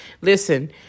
Listen